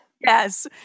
Yes